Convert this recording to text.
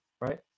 right